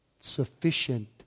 sufficient